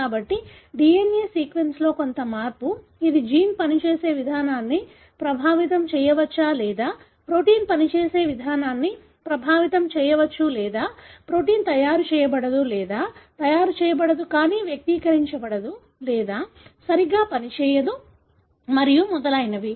కాబట్టి DNA సీక్వెన్స్లో కొంత మార్పు ఇది జీన్ పనిచేసే విధానాన్ని ప్రభావితం చేయవచ్చు లేదా ప్రోటీన్ పనిచేసే విధానాన్ని ప్రభావితం చేయవచ్చు లేదా ప్రోటీన్ తయారు చేయబడదు లేదా తయారు చేయబడదు కానీ వ్యక్తీకరించబడదు లేదా సరిగా పనిచేయదు మరియు మొదలైనవి